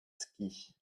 skis